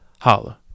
holla